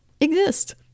exist